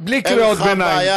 בלי קריאות ביניים.